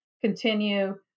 continue